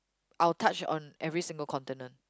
I will touch on every single continent